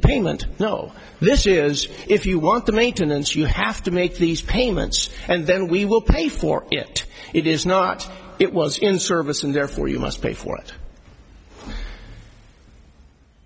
the payment know this years if you want the maintenance you have to make these payments and then we will pay for it it is not it was in service and therefore you must pay for it